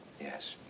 Yes